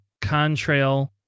contrail